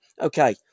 okay